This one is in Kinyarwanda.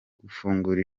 gufungura